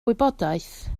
wybodaeth